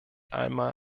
einmal